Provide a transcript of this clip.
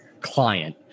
client